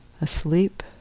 asleep